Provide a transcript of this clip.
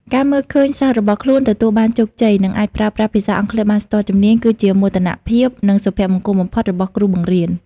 ការមើលឃើញសិស្សរបស់ខ្លួនទទួលបានជោគជ័យ និងអាចប្រើប្រាស់ភាសាអង់គ្លេសបានស្ទាត់ជំនាញ គឺជាមោទនភាព និងសុភមង្គលបំផុតរបស់គ្រូបង្រៀន។